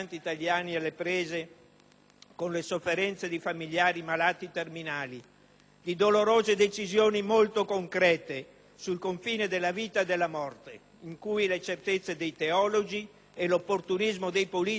con le sofferenze di familiari malati terminali, di dolorose decisioni molto concrete sul confine della vita e della morte in cui le certezze dei teologi e l'opportunismo dei politici sono di poco aiuto.